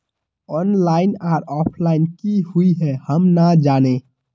Online आर offline की हुई है हम ना जाने?